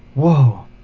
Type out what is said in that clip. whoa.